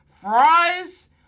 fries